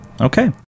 Okay